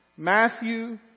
Matthew